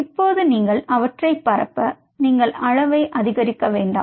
இப்போது நீங்கள் அவற்றை பரப்ப நீங்கள் அளவை அதிகரிக்க வேண்டாம்